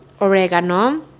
oregano